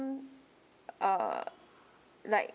uh like